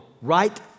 right